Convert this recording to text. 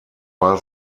war